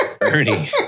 Bernie